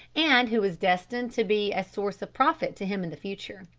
and who was destined to be a source of profit to him in the future.